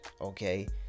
okay